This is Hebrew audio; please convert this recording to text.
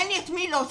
אין לי את מי להוציא.